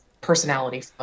personality